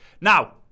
Now